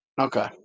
Okay